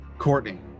Courtney